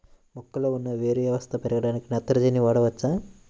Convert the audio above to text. మొక్కలో ఉన్న వేరు వ్యవస్థ పెరగడానికి నత్రజని వాడవచ్చా?